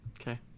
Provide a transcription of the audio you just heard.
Okay